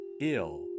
Ill